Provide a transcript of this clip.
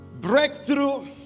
Breakthrough